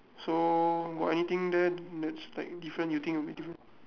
so got anything there that's like different you think would be different